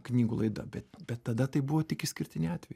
knygų laida bet bet tada tai buvo tik išskirtiniai atvejai